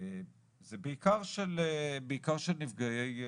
זה בעיקר של נפגעי טרור,